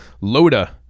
loda